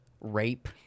rape